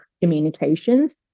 communications